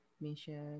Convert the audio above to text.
Misha